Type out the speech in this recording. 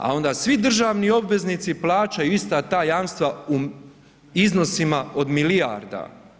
A onda svi državni obveznici plaćaju ista ta jamstva u iznosima od milijarda.